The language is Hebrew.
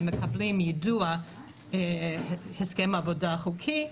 הם מקבלים יידוע והסכם עבודה חוקי,